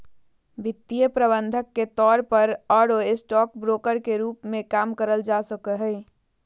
वित्तीय प्रबंधक के तौर पर आरो स्टॉक ब्रोकर के रूप मे काम करल जा सको हई